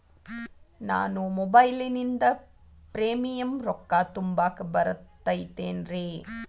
ನಾನು ಮೊಬೈಲಿನಿಂದ್ ಪ್ರೇಮಿಯಂ ರೊಕ್ಕಾ ತುಂಬಾಕ್ ಬರತೈತೇನ್ರೇ?